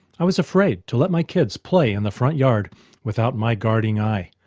i was afraid to let my kids play in the front yard without my guarding eye.